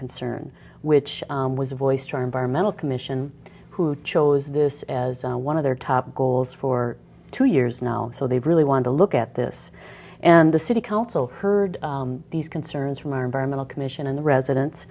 concern which was voiced our environmental commission who chose this as one of their top goals for two years now so they really want to look at this and the city council heard these concerns from our environmental commission and the residents